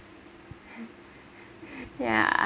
yeah